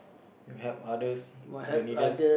you helped others the needers